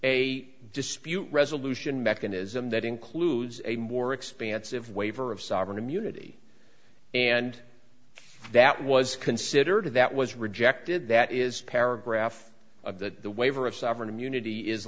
a dispute resolution mechanism that includes a more expansive waiver of sovereign immunity and that was considered that was rejected that is paragraph of that the waiver of sovereign immunity is